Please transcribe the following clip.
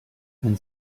and